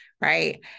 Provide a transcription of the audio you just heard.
right